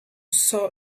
saw